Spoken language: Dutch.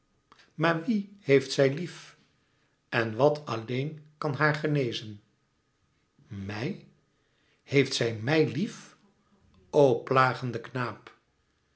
maar wien heeft zij lief en wat alleen kan haar genezen mij heeft zij mij lief o plagende knaap